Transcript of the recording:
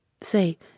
say